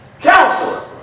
counselor